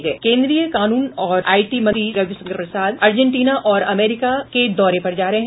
केन्द्रीय कानून और आईटी मंत्री रविशंकर प्रसाद अर्जेटिना और अमेरिका के दौरे पर जा रहे हैं